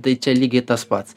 tai čia lygiai tas pats